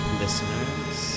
listeners